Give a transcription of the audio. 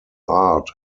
art